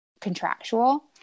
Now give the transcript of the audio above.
contractual